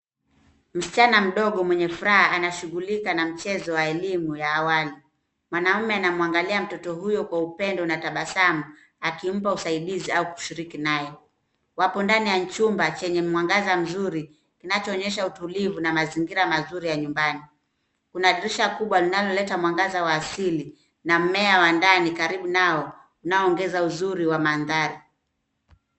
Msichana mdogo mwenye furaha anashughulika na mchezo wa elimu ya awali. Mwanamume anamwangalia mtoto huyo kwa upendo na tabasamu akimpa usaidizi au kushiriki naye. Wapo ndani ya chumba chenye mwangaza mzuri kinachoonyesha utulivu na mazingira mazuri ya nyumbani. Kuna dirisha kubwa linanoleta mwangaza wa asili na mmea wa ndani karibu nao unaoongeza uzuri wa mandhari.